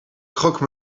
croque